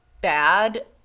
bad